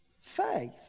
faith